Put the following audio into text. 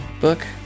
book